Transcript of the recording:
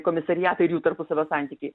komisariatą ir jų tarpusavio santykiai